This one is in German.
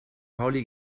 pauli